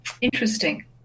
Interesting